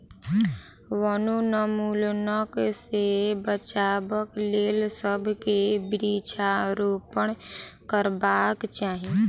वनोन्मूलनक सॅ बचाबक लेल सभ के वृक्षारोपण करबाक चाही